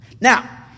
Now